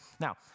Now